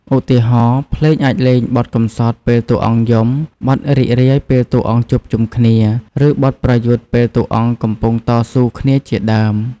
ឧទាហរណ៍ ភ្លេងអាចលេងបទកំសត់ពេលតួអង្គយំ បទរីករាយពេលតួអង្គជួបជុំគ្នា ឬបទប្រយុទ្ធពេលតួអង្គកំពុងតស៊ូគ្នាជាដើម។